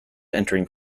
entering